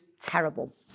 terrible